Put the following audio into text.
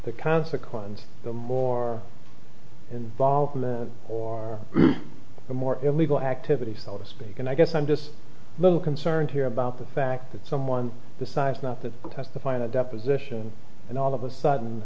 the consequence the more involvement or the more illegal activity so to speak and i guess i'm just a little concerned here about the fact that someone decides not to testify in a deposition and all of a sudden